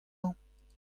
mañ